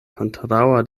kontraŭa